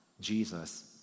Jesus